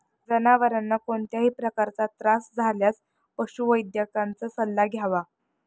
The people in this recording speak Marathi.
जनावरांना कोणत्याही प्रकारचा त्रास असल्यास पशुवैद्यकाचा सल्ला घ्यावा